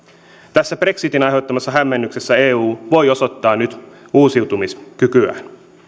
tässä brexitin aiheuttamassa hämmennyksessä eu voi osoittaa nyt uusiutumiskykyään